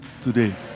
today